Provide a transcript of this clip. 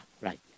right